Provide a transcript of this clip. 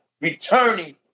returning